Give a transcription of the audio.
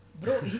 Bro